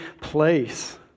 place